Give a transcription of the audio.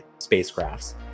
spacecrafts